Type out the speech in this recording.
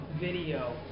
video